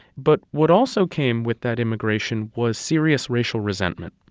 but what also came with that immigration was serious racial resentment.